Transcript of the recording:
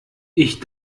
ich